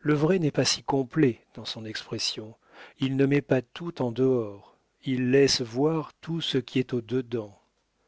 le vrai n'est pas si complet dans son expression il ne met pas tout en dehors il laisse voir tout ce qui est au dedans